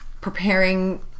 preparing